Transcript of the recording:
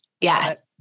Yes